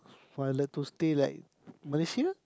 I love to stay like Malaysia